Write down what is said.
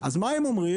אז מה הם אומרים?